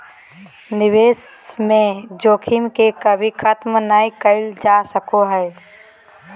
निवेश में जोखिम के कभी खत्म नय कइल जा सको हइ